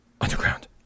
Underground